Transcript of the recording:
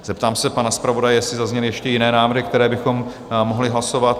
Zeptám se pana zpravodaje, jestli zazněly ještě jiné návrhy, které bychom mohli hlasovat?